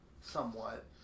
somewhat